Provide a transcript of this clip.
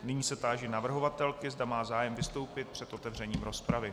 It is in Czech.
Nyní se táži navrhovatelky, zda má zájem vystoupit před otevřením rozpravy.